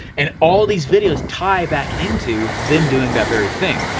and all these videos tie back into them doing that very thing.